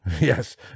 Yes